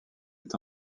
est